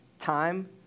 time